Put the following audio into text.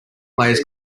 players